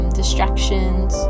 distractions